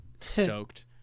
stoked